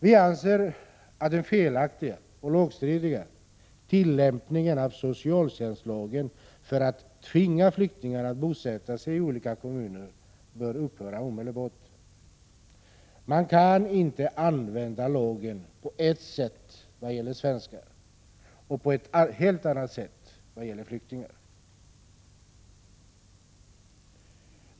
Vi anser att den felaktiga och lagstridiga tillämpningen av socialtjänstlagen för att tvinga flyktingar att bosätta sig i olika kommuner bör upphöra omedelbart. Man kan inte använda lagen på ett sätt vad gäller svenskar och på ett helt annat sätt vad gäller flyktingar.